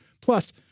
Plus